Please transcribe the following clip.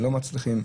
לא מצליחים,